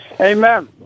Amen